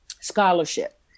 scholarship